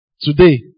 Today